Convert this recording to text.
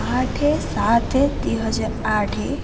ଆଠ ସାତ ଦୁଇହଜାର ଆଠ